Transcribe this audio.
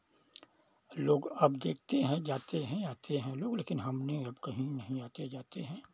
लोग अब देखते हैं जाते हैं आते हैं लोग लेकिन हमने अब कहीं नहीं आते जाते हैं